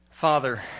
Father